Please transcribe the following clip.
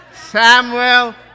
Samuel